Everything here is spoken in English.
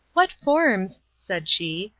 what forms, said she,